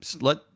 Let